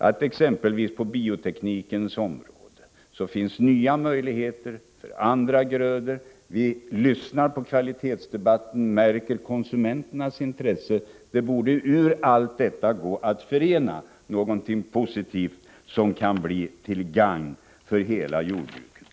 På exempelvis bioteknikens område ges nya förutsättningar för andra grödor. Vi lyssnar på kvalitetsdebatten, och vi märker konsumenternasintresse. Allt detta borde det gå att förena till någonting positivt, som kan bli till gagn för hela jordbruket.